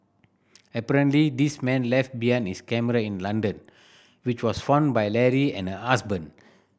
apparently this man left behind his camera in London which was found by Leary and her husband